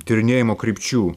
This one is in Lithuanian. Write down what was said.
tyrinėjimo krypčių